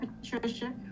Patricia